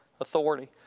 authority